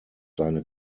seine